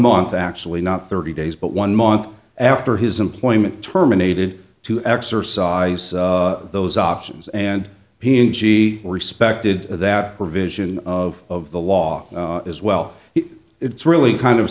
month actually not thirty days but one month after his employment terminated to exercise those options and p and g respected that provision of the law as well it's really kind of